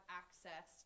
access